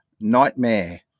Nightmare